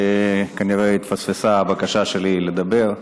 כנראה התפספסה הבקשה שלי לדבר.